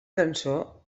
cançó